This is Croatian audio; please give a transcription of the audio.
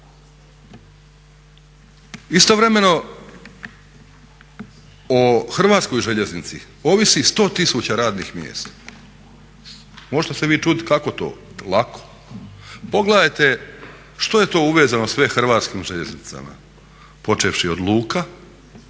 Istovremeno, o Hrvatskoj željeznici ovisi 100 000 radnih mjesta. Možete se vi čudit kako to, lako. Pogledajte što je to uvezano sve Hrvatskim željeznicama, počevši od luka,